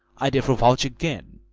i therefore vouch again,